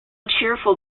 cheerful